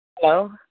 Hello